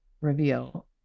reveal